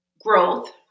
growth